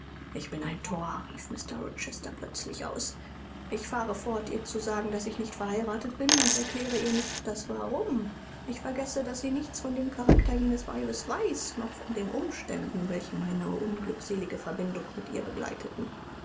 ich bin ein thor rief mr rochester plötzlich aus ich fahre fort ihr zu sagen daß ich nicht verheiratet bin und erkläre ihr nicht das warum ich vergesse daß sie nichts von dem charakter jenes weibes weiß noch von den umständen welche meine unglückselige verbindung mit ihr begleiteten